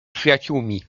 przyjaciółmi